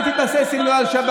על מה היא תתבסס אם לא על השבת,